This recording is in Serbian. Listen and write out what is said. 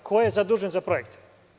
Ko je zadužen za projekte?